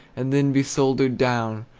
and then be soldered down,